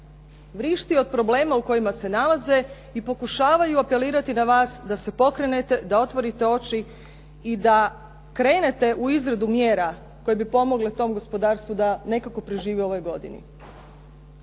Vrišti od problema u kojima se nalaze i pokušavaju apelirati na vas da se pokrenete, da otvorite oči i da krenete u izradu mjera koje bi pomogle tom gospodarstvu da nekako prežive u ovoj godini.